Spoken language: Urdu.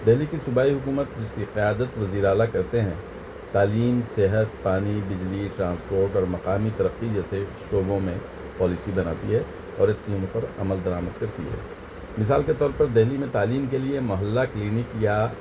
دہلی کی صوبائی حکومت جس کی قیادت وزیراعلیٰ کرتے ہیں تعلیم صحت پانی بجلی ٹرانسپورٹ اور مقامی ترقی جیسے شعبوں میں پالیسی بناتی ہے اور اس پر عمل درآمد کرتی ہے مثال کے طور پر دہلی میں تعلیم کے لیے محلہ کلینک یا